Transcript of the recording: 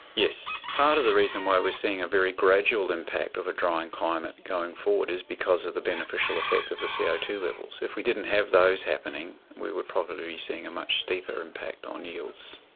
yes. part of the reason why we're seeing a very gradual impact of a drying climate going forward is because of the beneficial effect of the c o two levels. if we didn't have those happening, we would probably be seeing a much steeper impact on yields.